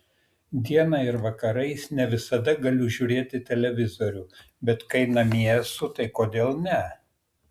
dieną ir vakarais ne visada galiu žiūrėti televizorių bet kai namie esu tai kodėl ne